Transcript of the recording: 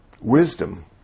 wisdom